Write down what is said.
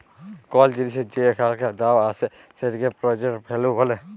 call জিলিসের যে এখানকার দাম আসে সেটিকে প্রেজেন্ট ভ্যালু ব্যলে